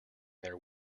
their